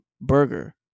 burger